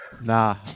Nah